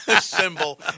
symbol